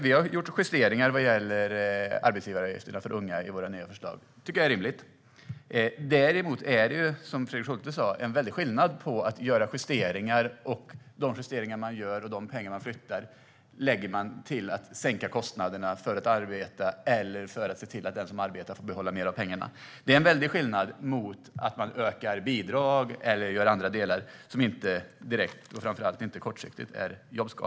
Vi har gjort justeringar vad gäller arbetsgivaravgifterna för unga i våra nya förslag. Det tycker jag är rimligt. Däremot är det, som Fredrik Schulte sa, en väldig skillnad mellan att å ena sidan göra justeringar, flytta pengar, sänka kostnaderna för att arbeta och se till att den som arbetar får behålla mer av pengarna och å andra sidan öka bidragen eller göra annat som inte direkt är jobbskapande, framför allt inte kortsiktigt.